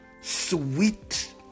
sweet